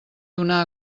donar